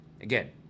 Again